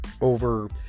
over